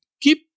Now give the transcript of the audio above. keep